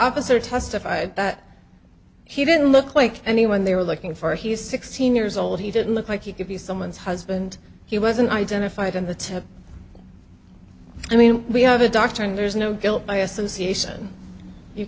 officer testified he didn't look like anyone they were looking for he's sixteen years old he didn't look like he could be someone's husband he wasn't identified on the tip i mean we have a doctor and there's no guilt by association you